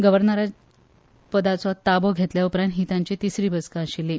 गव्हर्नराचो पदाचो ताबो घेतल्या उपरांत ही ताची तिसरी बसका आशिल्ली